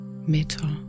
metal